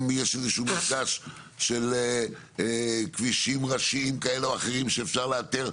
יש איזשהו מפגש של כבישים ראשיים כאלה ואחרים שאפשר לאתר,